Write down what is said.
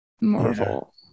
Marvel